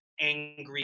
angry